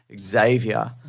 Xavier